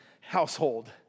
household